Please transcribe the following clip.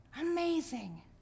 Amazing